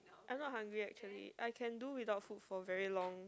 I'm not hungry actually I can do without food very long